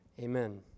amen